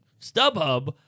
StubHub